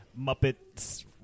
Muppets